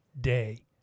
day